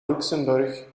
luxemburg